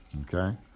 okay